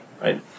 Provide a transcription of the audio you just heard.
Right